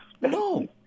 No